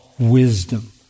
wisdom